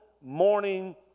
morning